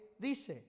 dice